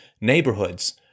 neighborhoods